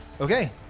Okay